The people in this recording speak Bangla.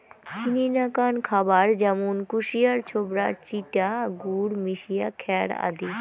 চিনির নাকান খাবার য্যামুন কুশিয়ার ছোবড়া, চিটা গুড় মিশিয়া খ্যার আদি